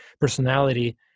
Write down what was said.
personality